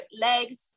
legs